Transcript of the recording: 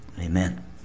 Amen